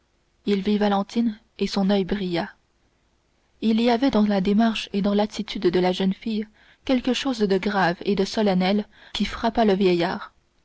il vit valentine et son oeil brilla il y avait dans la démarche et dans l'attitude de la jeune fille quelque chose de grave et de solennel qui frappa le vieillard